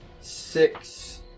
six